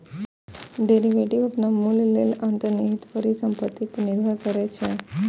derivative अपन मूल्य लेल अंतर्निहित परिसंपत्ति पर निर्भर करै छै